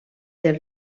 del